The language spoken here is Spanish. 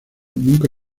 nunca